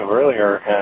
earlier